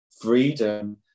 freedom